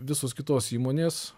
visos kitos įmonės